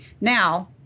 Now